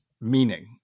meaning